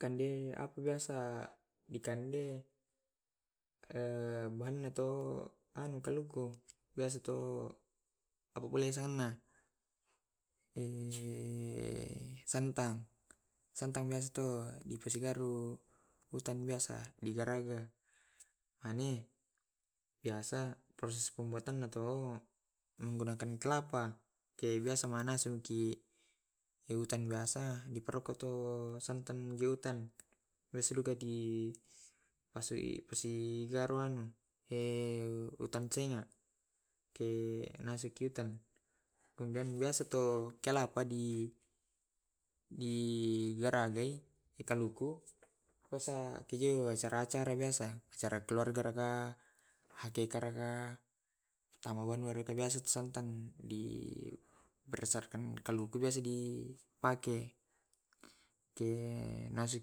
Kande apa biasa dikande bahana to anu kaluku. Biasa to apa bole sana santang santang biasa tu dipasigaru utan biasa digaraga ane biasa proses pembuatanna to menggunakan kelapa ke biasa manasuki yutan biasa diparukan tu santan geotan. Biasa duka di pasigaru utancenga. nasi keutan biasa tu kelapa di di garagai dikaluku biasa ke jeu acara acara biasa acara keluarga raka hakeka raka, matama wan wanua biasa santan di perasakan kaluku biasa dipake ke nasu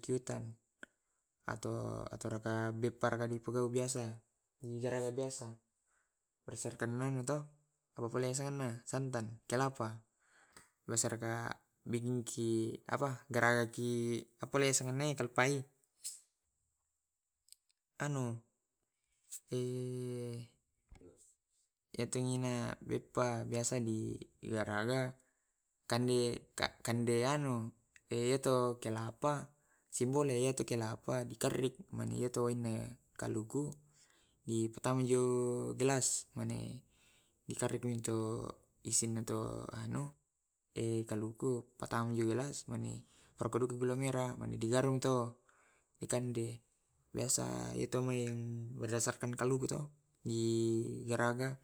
keutan atau, atau raka beppa raka dipugau biasa besertanganu to asenna na santan kelapa. Biasa raka benheki apa garaga ki apa lae sengalanne kalupai iya tu ina beppa biasa digaraga kande, kande yato kelapa simbole ya itu kelapa dikarrik mane iyatu waena kaluku dipattama jo gelas mane di karri tu isin anto kaluku patan di gelas mane ki gula mera mani di garung to mikande biasa berdasarkan kaluku to di garaga.